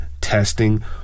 testing